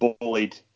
bullied